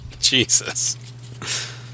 Jesus